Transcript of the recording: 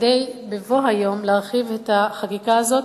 כדי להרחיב בבוא היום את החקיקה הזאת